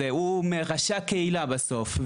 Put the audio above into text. זה הוא מראשי הקהילה בסוף,